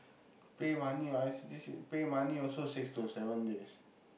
pay money or pay money also six to seven days